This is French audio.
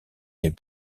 les